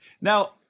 now